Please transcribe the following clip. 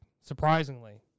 surprisingly